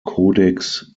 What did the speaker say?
codex